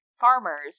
farmers